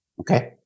okay